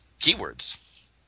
keywords